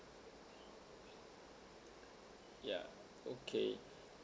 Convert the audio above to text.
ya okay